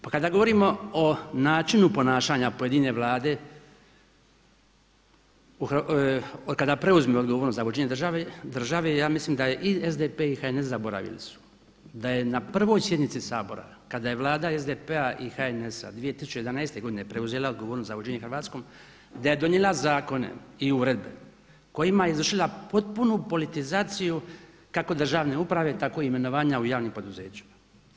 Pa kada govorimo o načinu ponašanja pojedine Vlade od kada preuzme odgovornost za vođenje države ja mislim da je i SDP i HNS zaboravili su da je na prvoj sjednici Sabora, kada je Vlada SDP-a i HNS-a 2011. godine preuzela odgovornost za vođenje Hrvatskom, da je donijela zakone i uredbe kojima je izvršila potpunu politizaciju kako državne uprave, tako i imenovanja u javnom poduzeću.